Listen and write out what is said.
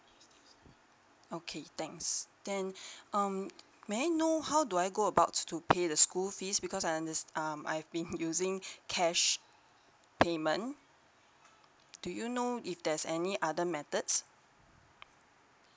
okay thanks then um may I know how do I go about to pay the school fees because I unders~ err I've been using cash payment do you know if there's any other methods